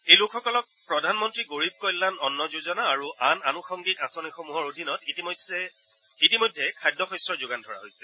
এই লোকসকলক প্ৰধানমন্ত্ৰী গৰীৱ কল্যাণ অন্ন যোজনা আৰু আন আন্ষংগিক আঁচনিসমূহৰ অধীনত ইতিমধ্যে খাদ্যশস্যৰ যোগান ধৰা হৈছে